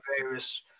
various